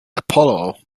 apollo